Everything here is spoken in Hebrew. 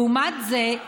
לעומת זה,